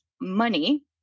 money